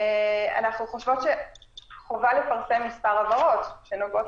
אנחנו חושבות שחובה לפרסם מספר הבהרות שנוגעות